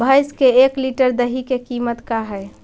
भैंस के एक लीटर दही के कीमत का है?